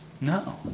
No